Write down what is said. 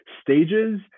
stages